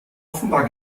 offenbar